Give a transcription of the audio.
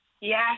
Yes